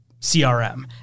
CRM